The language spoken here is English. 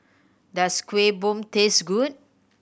does Kueh Bom taste good